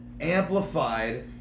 amplified